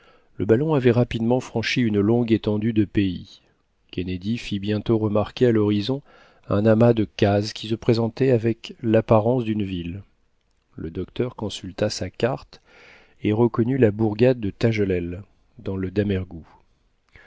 le ballon avait rapidement franchi une longue étendue de pays kennedy fit bientôt remarquer à l'horizon un amas de cases qui se présentait avec l'apparence d'une ville le docteur consulta sa carte et reconnut la bourgade de tagelel dans le damerghou